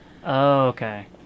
Okay